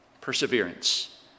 Perseverance